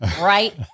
Right